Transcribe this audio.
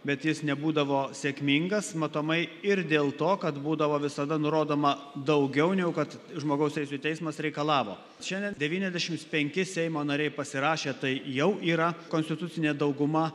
bet jis nebūdavo sėkmingas matomai ir dėl to kad būdavo visada nurodoma daugiau negu kad žmogaus teisių teismas reikalavo šiandien devyniasdešims penki seimo nariai pasirašė tai jau yra konstitucinė dauguma